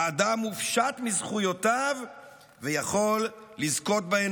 האדם מופשט מזכויותיו ויכול לזכות בהן